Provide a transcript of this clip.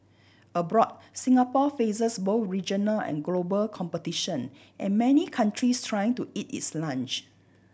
abroad Singapore faces both regional and global competition and many countries trying to eat its lunch